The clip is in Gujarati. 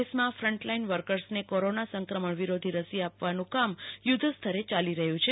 દેશમાં ફન્ટલાઈન વર્કસને કોરોના સંક્રમણ વિરોધી રસી આપવાનું કામ યુ ધ્ધ સ્તરે યાલી રહ્યુ છે